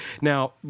Now